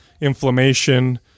inflammation